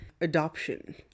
adoption